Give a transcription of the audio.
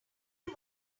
one